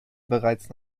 bereits